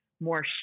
more